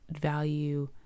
value